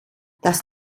das